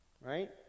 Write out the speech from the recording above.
Right